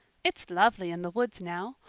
it's lovely in the woods now.